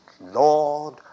Lord